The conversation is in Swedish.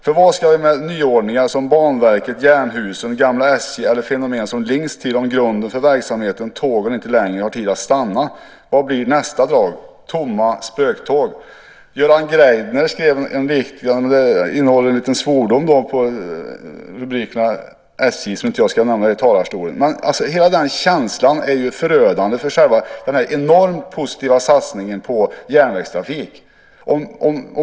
För vad ska vi med nyordningar som Banverket, Jernhusen, gamla SJ eller fenomen som Linx till om grunden för verksamheten, tågen inte längre har tid att stanna. Vad blir nästa drag? Tomma spöktåg?" Göran Greider har skrivit en dikt som innehåller en liten svordom med rubriken "SJ" - som jag inte ska nämna i talarstolen. Hela den känslan är förödande för den enormt positiva satsningen på järnvägstrafik.